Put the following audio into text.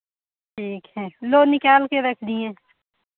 ठीक है लो निकाल के रख दिएँ